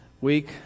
week